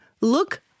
look